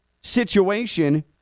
situation